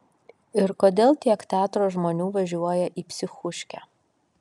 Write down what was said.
ir kodėl tiek teatro žmonių važiuoja į psichuškę